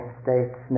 states